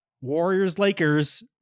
Warriors-Lakers